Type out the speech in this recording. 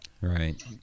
Right